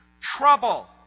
Trouble